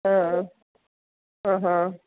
ആ ആ ആഹാ